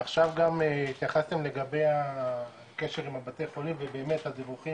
עכשיו גם התייחסתם לגבי הקשר עם הבתי חולים ובאמת הדיווחים